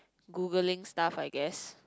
Googling stuff I guess